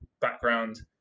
background